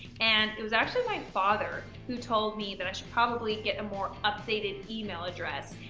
and it was actually my father who told me that i should probably get a more updated email address.